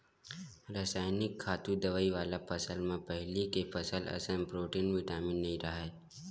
रसइनिक खातू, दवई वाला फसल म पहिली के फसल असन प्रोटीन, बिटामिन नइ राहय